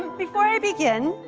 before i begin,